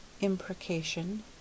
imprecation